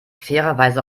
fairerweise